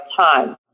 time